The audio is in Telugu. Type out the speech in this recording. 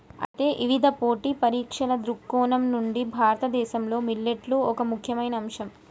అయితే ఇవిధ పోటీ పరీక్షల దృక్కోణం నుండి భారతదేశంలో మిల్లెట్లు ఒక ముఖ్యమైన అంశం